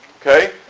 okay